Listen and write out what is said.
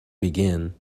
begin